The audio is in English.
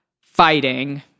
fighting